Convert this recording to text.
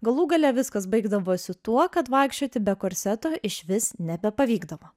galų gale viskas baigdavosi tuo kad vaikščioti be korseto išvis nebepavykdavo